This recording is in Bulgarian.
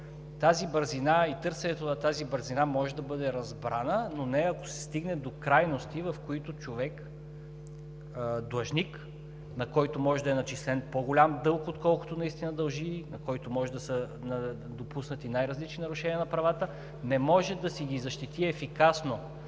Тази бързина и търсенето на бързина могат да бъдат разбрани, но не и ако се стигне до крайности, в които длъжник, на когото може да е начислен по-голям дълг, отколкото наистина дължи, на когото може да са допуснати най-различни нарушения на правата, не може да си ги защити ефикасно,